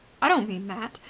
i don't mean that.